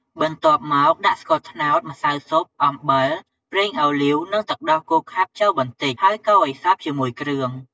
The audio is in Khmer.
បន្ទាប់មកដាក់ស្ករត្តោត ម្សៅស៊ុប អំបិល ប្រេងអូលីវ និងទឹកដោះគោខាប់ចូលបន្តិច ហើយកូរឱ្យសព្វជាមួយគ្រឿង។